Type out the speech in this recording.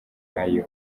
nayo